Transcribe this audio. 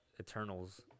Eternals